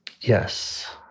Yes